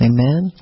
Amen